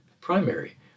primary